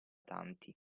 tanti